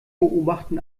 beobachten